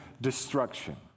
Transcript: destruction